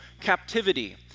captivity